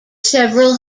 several